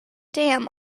dam